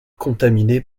contaminé